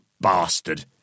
bastard